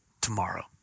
tomorrow